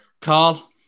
Carl